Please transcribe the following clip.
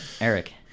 Eric